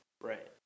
Right